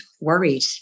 worried